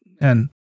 and-